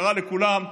קרא לכולם,